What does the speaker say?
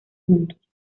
juntos